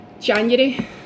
January